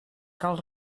cal